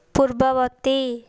ପୂର୍ବବର୍ତ୍ତୀ